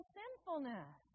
sinfulness